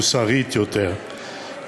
מוסרית יותר,